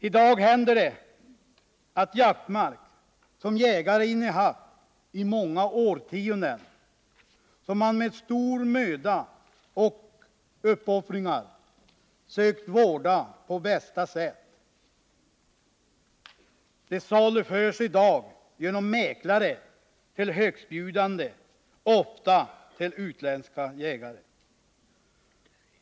I dag händer det att jaktmark, som jägare innehaft i många årtionden och som man med stor möda och uppoffringar sökt vårda på bästa sätt, genom mäklare saluförs till högstbjudande, ofta till utländska jägare.